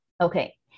Okay